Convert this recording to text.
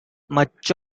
much